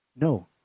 No